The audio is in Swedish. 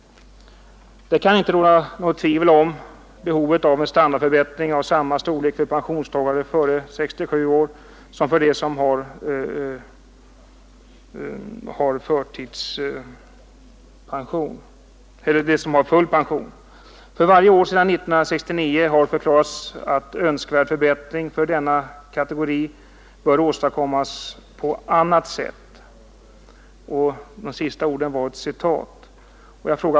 Det kan inte råda något tvivel om behovet av en standardförbättring av samma storlek för pensionstagare före 67 år som för dem som har full pension. För varje år sedan 1969 har det förklarats att önskvärd förbättring för denna kategori bör åstadkommas ”på annat sätt”.